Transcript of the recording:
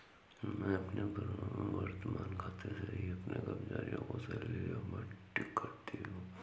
मैं अपने वर्तमान खाते से ही अपने कर्मचारियों को सैलरी आबंटित करती हूँ